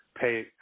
Pay